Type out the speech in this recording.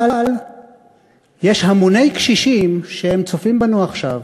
אבל יש המוני קשישים שצופים בנו עכשיו,